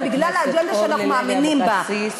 זה בגלל האג'נדה שאנחנו מאמינים בה.